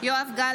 (קוראת בשמות חברי הכנסת) יואב גלנט,